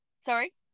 sorry